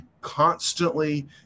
constantly